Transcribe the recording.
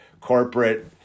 corporate